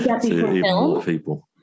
people